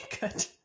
Good